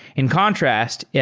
in contrast, yeah